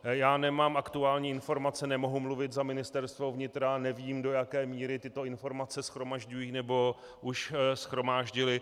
Já nemám aktuální informace, nemohu mluvit za Ministerstvo vnitra, nevím, do jaké míry tyto informace shromažďují nebo už shromáždily.